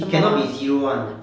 it cannot be zero [one]